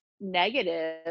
negative